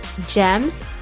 gems